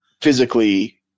physically